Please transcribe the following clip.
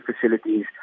facilities